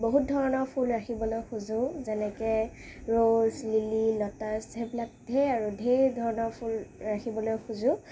বহুত ধৰণৰ ফুল ৰাখিবলৈ খোজোঁ যেনেকৈ ৰৌচ লিলি লটাচ সেইবিলাক ধেৰ আৰু ধেৰ ধৰণৰ ফুল ৰাখিবলৈ খোজোঁ